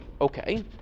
okay